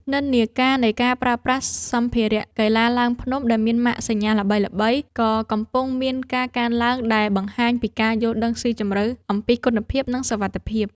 និន្នាការនៃការប្រើប្រាស់សម្ភារៈកីឡាឡើងភ្នំដែលមានម៉ាកសញ្ញាល្បីៗ ក៏កំពុងមានការកើនឡើងដែលបង្ហាញពីការយល់ដឹងស៊ីជម្រៅអំពីគុណភាព និងសុវត្ថិភាព។